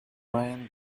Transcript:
ryan